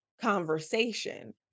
conversation